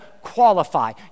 qualify